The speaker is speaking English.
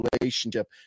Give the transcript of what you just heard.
relationship